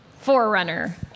forerunner